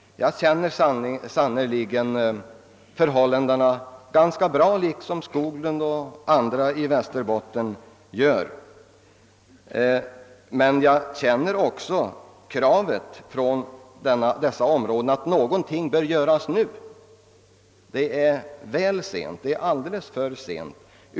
Jag känner sannerligen förhållandena ganska bra, liksom herr Skoglund och andra i Västerbotten gör. Men jag känner också kravet från dessa områden att någonting skall göras nu. Det är redan väl sent, det är alldeles för sent.